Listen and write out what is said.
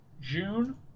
June